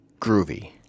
groovy